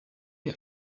ihr